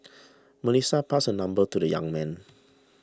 Melissa passed her number to the young man